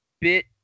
bit